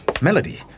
Melody